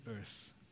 earth